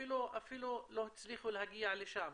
אפילו לא הצליחו להגיע לשם.